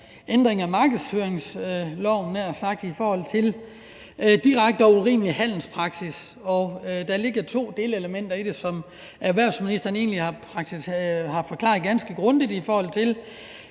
ændring af markedsføringsloven i forhold til direkte og urimelig handelspraksis. Der ligger to delelementer i det, som erhvervsministeren egentlig har forklaret ganske grundigt. Der er